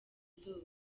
zose